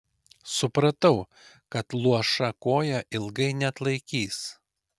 supratau kad luoša koja ilgai neatlaikys